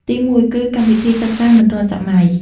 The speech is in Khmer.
ទីមួយគឺ កម្មវិធីសិក្សាមិនទាន់សម័យ។